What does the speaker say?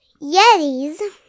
Yetis